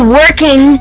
working